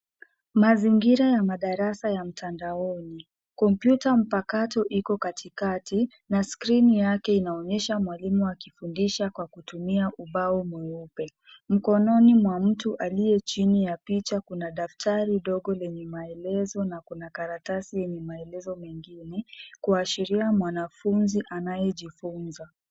Mazingira ya madarasa ya mtandaoni. Kompyuta mpakatu iko katikati na skrini yake inaonyesha mwalimu akifudindisha kwa kutumia ubao mweupe. Mkononi mwa mtu aliye chini ya picha kuna daftari ndogo lenye maelezo na kuna karatasi yenye maelezo mengine, kuashiria mwanafunzi anayejifunza.